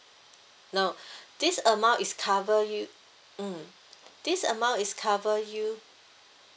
now this amount is cover you mm this amount is cover you